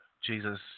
Jesus